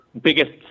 biggest